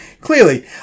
clearly